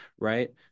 Right